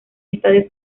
estadio